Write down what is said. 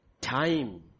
time